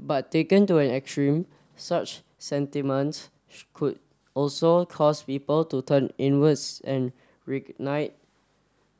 but taken to an extreme such sentiments could also cause people to turn inwards and reignite